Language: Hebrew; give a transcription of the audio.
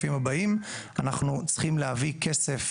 אנחנו צריכים להביא כסף,